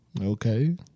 Okay